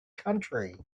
country